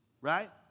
right